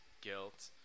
guilt